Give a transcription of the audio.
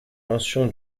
mention